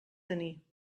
tenir